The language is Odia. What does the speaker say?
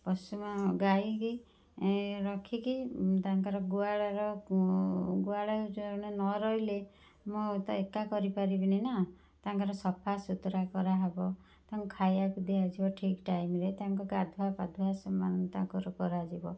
ପଶୁ ଗାଈ କି ରଖିକି ତାଙ୍କ ଗୁହାଳର ଗୁହାଳରେ ଜଣେ ନ ରହିଲେ ମୁଁ ତ ଏକା କରିପାରିବିନି ନାଁ ତାଙ୍କର ସଫାସୁତୁରା କରାହେବ ତାଙ୍କୁ ଖାଇବାକୁ ଦିଆଯିବ ଠିକ ଟାଇମ୍ରେ ତାଙ୍କ ଗାଧୁଆ ପାଧୁଆ ତାଙ୍କର କରାଯିବ